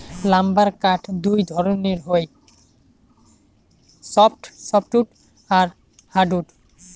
lumber কাঠ দুই ধরণের হই সফ্টউড আর হার্ডউড